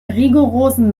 rigorosen